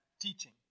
teaching